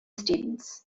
students